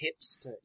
Hipster